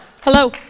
Hello